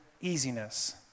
easiness